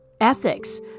ethics